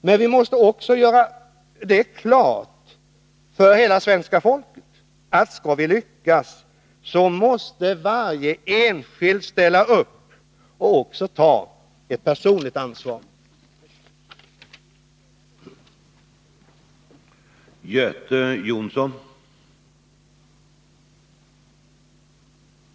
Men vi måste också göra klart för hela svenska folket att varje enskild måste ställa upp och ta ett personligt ansvar, om vi skall lyckas.